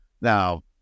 now